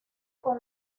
con